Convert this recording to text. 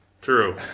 true